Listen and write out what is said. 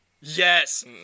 Yes